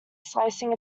slicing